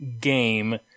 game